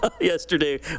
yesterday